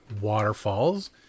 waterfalls